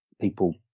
people